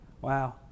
Wow